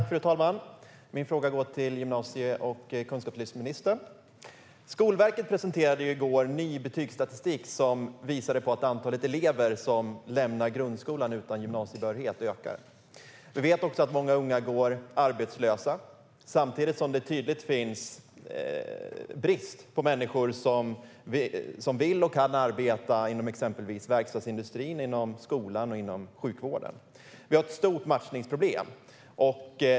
Fru talman! Min fråga går till gymnasie och kunskapslyftsministern. Skolverket presenterade ju i går ny betygsstatistik som visade på att antalet elever som lämnar grundskolan utan gymnasiebehörighet ökar. Vi vet också att många unga går arbetslösa, samtidigt som det tydligt finns brist på människor som vill och kan arbeta inom exempelvis verkstadsindustrin, skolan och sjukvården. Vi har ett stort matchningsproblem.